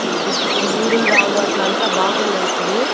మీకు ఇప్పుడు యూరిన్ రావడం అట్లా అంతా బాగుందా ఇప్పుడు